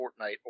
Fortnite